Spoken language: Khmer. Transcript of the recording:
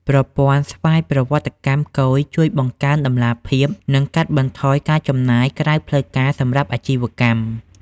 ប្រព័ន្ធស្វ័យប្រវត្តិកម្មគយជួយបង្កើនតម្លាភាព និងកាត់បន្ថយការចំណាយក្រៅផ្លូវការសម្រាប់អាជីវកម្ម។